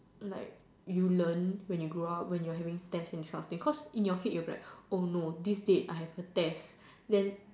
like you learn when you grow up when you are having test and this kind of thing cause in your head you will be like oh no this date I have a test then